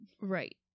Right